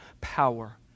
power